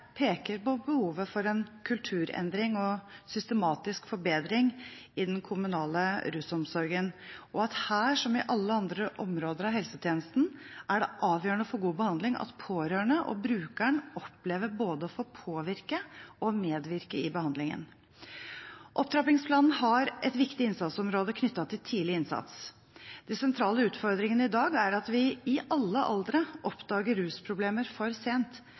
peker på behovet for en kulturendring og en systematisk forbedring i den kommunale rusomsorgen. Her, som i alle andre områder av helsetjenesten, er det avgjørende for god behandling at pårørende og brukeren opplever å få både påvirke og medvirke i behandlingen. Opptrappingsplanen har et viktig innsatsområde knyttet til tidlig innsats. De sentrale utfordringene i dag er at vi i alle aldre oppdager rusproblemer for sent,